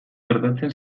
gertatzen